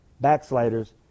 backsliders